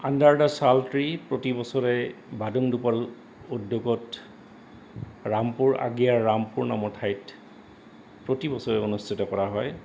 under the Sal tree প্ৰতি বছৰে বাদুংডুপ্পা উদ্যোগত ৰামপুৰ আগিয়াৰ ৰামপুৰ নাম ঠাইত প্ৰতি বছৰে অনুষ্ঠিত কৰা হয়